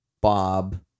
Bob